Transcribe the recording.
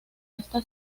esta